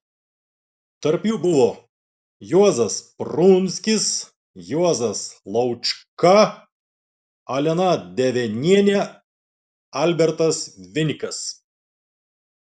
tarp jų buvo juozas prunskis juozas laučka alena devenienė albertas vinikas